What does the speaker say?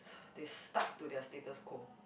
they stuck to their status quo